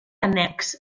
annex